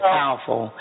powerful